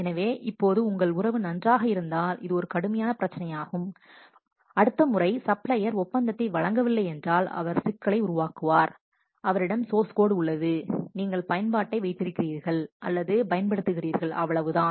எனவே இப்போது உங்கள் உறவு நன்றாக இருந்தால் இது ஒரு கடுமையான பிரச்சினையாகும் அடுத்த முறை சப்ளையர் ஒப்பந்தத்தை வழங்கவில்லை என்றால் அவர் சிக்கலை உருவாக்குவார் அவரிடம் சோர்ஸ் கோடு உள்ளது நீங்கள் பயன்பாட்டைப் வைத்திருக்கிறீர்கள் அல்லது பயன்படுத்துகிறீர்கள் அவ்வளவுதான்